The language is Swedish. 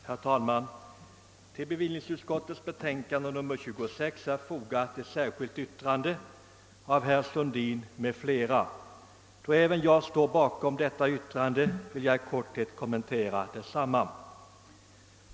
Herr talman! Till bevillningsutskottets betänkande nr 26 är fogat ett särskilt yttrande av herr Sundin m.fl. Då även jag står bakom detta yttrande vill jag i korthet kommentera detsamma.